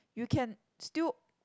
you can still